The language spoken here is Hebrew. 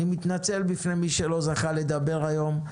מתנצל בפני מי שלא זכה לדבר היום.